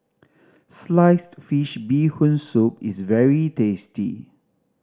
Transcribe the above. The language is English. sliced fish Bee Hoon Soup is very tasty